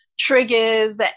triggers